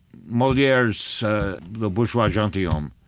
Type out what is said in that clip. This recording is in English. moliere's the bourgeois gentilhomme,